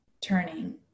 turning